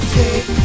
take